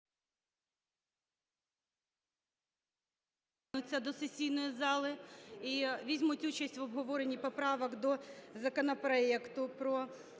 Дякую,